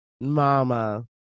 Mama